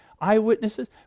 eyewitnesses